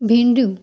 भिडिंयूं